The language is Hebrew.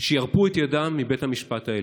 שירפו את ידם מבית המשפט העליון.